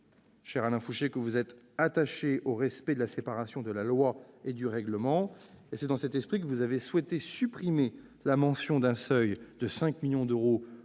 cher Alain Fouché, que vous êtes attaché au respect de la séparation de la loi et du règlement. C'est dans cet esprit que vous avez souhaité supprimer la mention d'un seuil de 5 millions d'euros